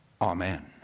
Amen